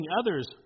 others